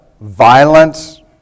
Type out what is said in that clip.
violence